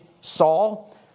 Saul